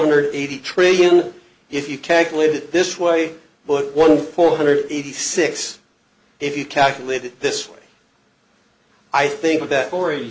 hundred eighty trillion if you calculate it this way but one four hundred eighty six if you calculate it this way i think that for a